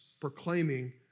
proclaiming